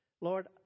Lord